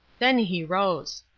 then he rose.